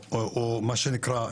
או מה שנקרא,